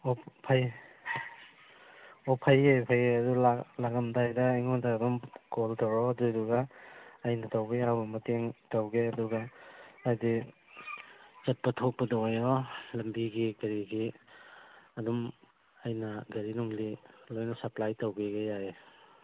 ꯑꯣ ꯐꯩ ꯑꯣ ꯐꯩꯌꯦ ꯐꯩꯌꯦ ꯑꯗꯨ ꯂꯥꯛꯂꯝꯗꯥꯏꯗ ꯑꯩꯉꯣꯟꯗ ꯑꯗꯨꯝ ꯀꯣꯜ ꯇꯧꯔꯛꯑꯣ ꯑꯗꯨꯗꯨꯒ ꯑꯩꯟ ꯇꯧꯕ ꯌꯥꯕ ꯃꯇꯦꯡ ꯇꯧꯒꯦ ꯑꯗꯨꯒ ꯍꯥꯏꯗꯤ ꯆꯠꯄ ꯊꯣꯛꯄꯗ ꯑꯣꯏꯔꯣ ꯂꯝꯕꯤꯒꯤ ꯀꯔꯤꯒꯤ ꯑꯗꯨꯝ ꯑꯩꯅ ꯒꯥꯔꯤ ꯅꯨꯡꯂꯤ ꯂꯣꯏꯅ ꯁꯞꯄ꯭ꯂꯥꯏ ꯇꯧꯕꯤꯒꯦ ꯌꯥꯏꯌꯦ